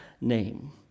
name